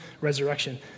resurrection